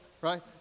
right